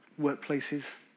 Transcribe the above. workplaces